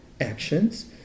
actions